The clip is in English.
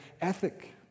ethic